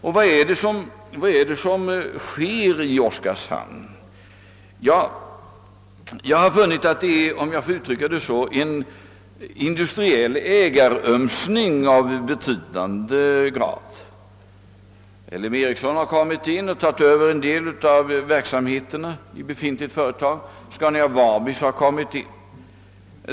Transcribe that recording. Ty vad är det som sker i Oskarshamn? Ja, jag har funnit att det, om jag så får uttrycka mig, pågår en industriell ägarömsning av betydande omfattning. LM Ericsson har övertagit en del av verksamheten i befintligt företag, och även Scania-Vabis har kommit in i bilden.